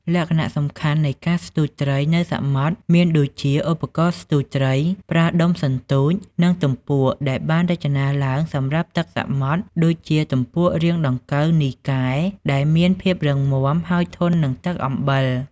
លក្ខណៈសំខាន់នៃការស្ទូចត្រីនៅសមុទ្រមានដូចជាឧបករណ៍ស្ទូចត្រី ប្រើដុំសន្ទូច និងទំពក់ដែលបានរចនាឡើងសម្រាប់ទឹកសមុទ្រ ដូចជា ទំពក់រាងដង្កូវនីកែល ដែលមានភាពរឹងមាំ ហើយធន់នឹងទឹកអំបិល។